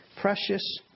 precious